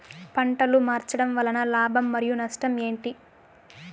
పంటలు మార్చడం వలన లాభం మరియు నష్టం ఏంటి